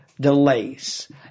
delays